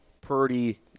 Purdy